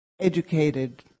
educated